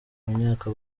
imyaka